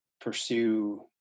pursue